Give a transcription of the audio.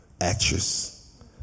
actress